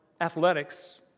athletics